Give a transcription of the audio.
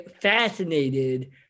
fascinated